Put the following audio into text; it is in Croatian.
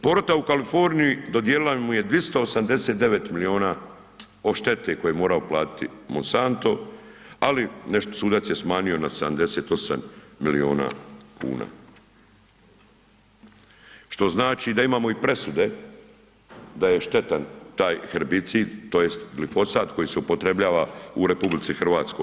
Porota u Kaliforniji dodijelila mu je 289 milijuna odštete koju je morao platiti Monsanto, ali nešto sudac je smanjio na 78 milijuna kuna, što znači da imamo i presude da je štetan taj herbicid tj. glifosat koji se upotrebljava u RH.